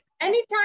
Anytime